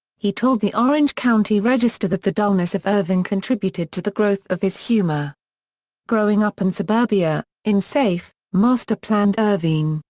he told the orange county register that the dullness of irvine contributed to the growth of his humor growing up in suburbia, in safe, master-planned irvine,